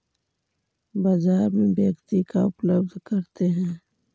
बाजार में व्यक्ति का उपलब्ध करते हैं?